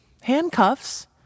Handcuffs